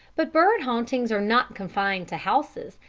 but bird hauntings are not confined to houses,